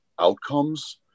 outcomes